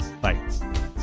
Bye